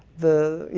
the you